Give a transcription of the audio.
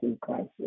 crisis